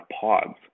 pods